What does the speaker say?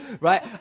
right